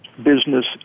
business